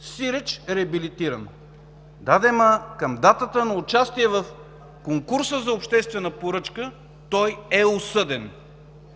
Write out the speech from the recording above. сиреч реабилитиран. Да де, но към датата на участие в конкурса за обществена поръчка е осъден.